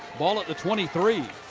ball at the twenty three.